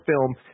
film